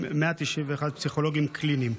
4,191 פסיכולוגים קליניים.